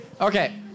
Okay